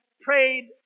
prayed